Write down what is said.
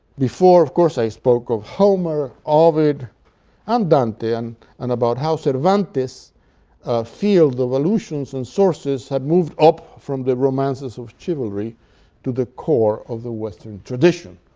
before, of course, i spoke of homer, ovid and dante, and and about how cervantes' field of allusions and sources had moved up from the romances of chivalry to the core of the western tradition,